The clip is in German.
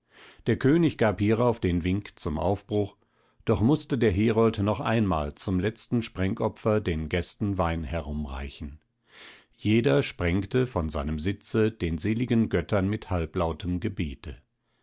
der könig gab hierauf den wink zum aufbruch doch mußte der herold noch einmal zum letzten sprengopfer den gästen wein herumreichen jeder sprengte von seinem sitze den seligen göttern mit halblautem gebete